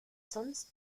sonst